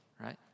right